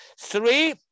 three